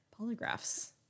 polygraphs